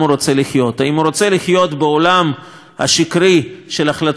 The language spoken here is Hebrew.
האם הוא רוצה לחיות בעולם השקרי של החלטות אונסק"ו,